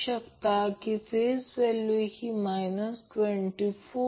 हे उदाहरण अतिशय मनोरंजक आहे